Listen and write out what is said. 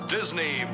Disney